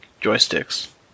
joysticks